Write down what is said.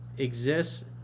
exists